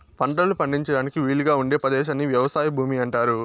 పంటలు పండించడానికి వీలుగా ఉండే పదేశాన్ని వ్యవసాయ భూమి అంటారు